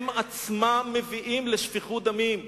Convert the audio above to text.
הם עצמם מביאים לשפיכות דמים.